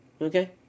Okay